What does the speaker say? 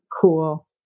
Cool